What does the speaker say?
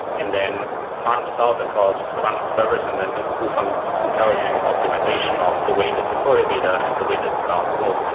and then farm result across a bunch of servers and then they'll do some intelligent optimization of the way that you store your data and the way that you balance load,